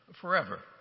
forever